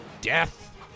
Death